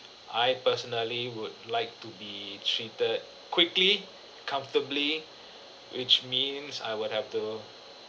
I personally would like to be treated quickly comfortably which means I would have to